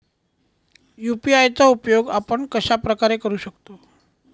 UPI चा उपयोग आपण कशाप्रकारे करु शकतो?